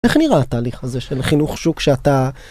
איך נראה התהליך הזה של חינוך שוק שאתה.